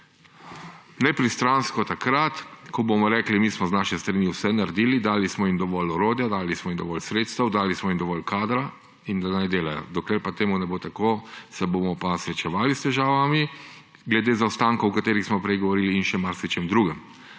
nepristransko takrat, ko bomo rekli – mi smo z naše stvari vse naredili, dali smo jim dovolj orodja, dali smo jim dovolj sredstev, dali smo jim dovolj kadra in naj delajo. Dokler pa temu ne bo tako, se bomo pa srečevali s težavami glede zaostankov, o katerih smo prej govorili, in še s marsičem drugim.